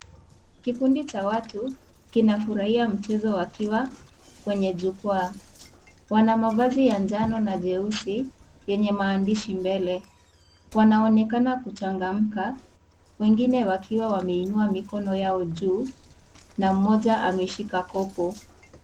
Kikundi cha watu kinafurahia mchezo wakiwa kwenye jukwaa. Wana mavazi ya njano na jeusi yenye maandishi mbele. Wanaonekana kuchangamka wengine wakiwa wameinua mikono ya juu na mmoja maeshika kopo.